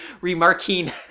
remarking